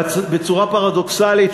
בצורה פרדוקסלית,